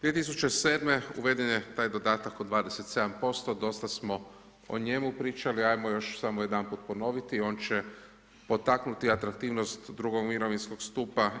2007. uveden je taj dodatak od 27%, dosta smo o njemu pričali ajmo još samo jedanput ponoviti, on će potaknuti atraktivnost drugog mirovinskog stupa.